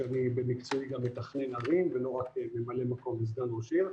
שאני במקצועי גם מתכנן ערים ולא רק ממלא מקום וסגן ראש העיר,